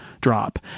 drop